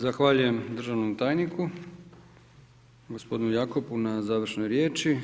Zahvaljujem državnom tajniku gospodinu Jakopu na završnoj riječi.